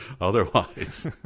Otherwise